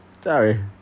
Sorry